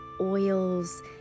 oils